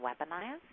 weaponized